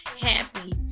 happy